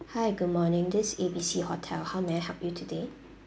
hi good morning this is A B C hotel how may I help you today